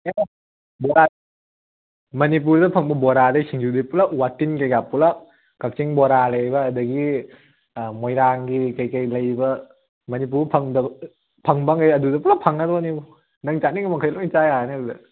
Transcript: ꯃꯅꯤꯄꯨꯔꯗ ꯐꯪꯕ ꯕꯣꯔꯥꯗꯩ ꯁꯤꯡꯖꯨꯗꯩ ꯄꯨꯜꯂꯞ ꯋꯥꯇꯤꯟ ꯀꯩꯀꯥ ꯄꯨꯜꯂꯞ ꯀꯛꯆꯤꯡ ꯕꯣꯔꯥ ꯂꯩꯔꯤꯕ ꯑꯗꯒꯤ ꯃꯣꯏꯔꯥꯡꯒꯤ ꯀꯩꯀꯩ ꯂꯩꯔꯤꯕ ꯃꯅꯤꯄꯨꯔꯗ ꯐꯪꯗꯕ ꯐꯪꯕꯈꯩ ꯑꯗꯨꯗ ꯄꯨꯜꯂꯞ ꯐꯪꯉꯗꯧꯅꯤꯕꯣ ꯅꯪ ꯆꯥꯅꯤꯡꯕꯃꯈꯩ ꯂꯣꯏ ꯆꯥ ꯌꯥꯔꯅꯤ ꯑꯗꯨꯗ